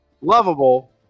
lovable